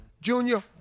Junior